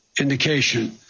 indication